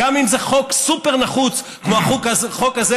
גם אם זה חוק סופר-נחוץ כמו החוק הזה,